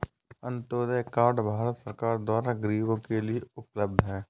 Antyodaya card Bharat सरकार द्वारा गरीबो के लिए उपलब्ध है